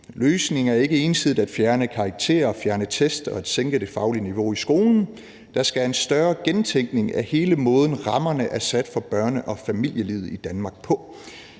Løsningen er ikke ensidigt at fjerne karakterkrav, fjerne tests og at sænke det faglige niveau i skolen. Der skal en større gentænkning af hele måden, rammerne er sat for børne- og familielivet i Danmark på.